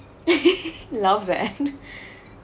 love that